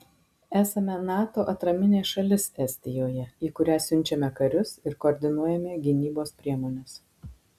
esame nato atraminė šalis estijoje į kurią siunčiame karius ir koordinuojame gynybos priemones